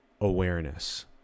awareness